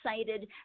excited